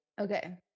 Okay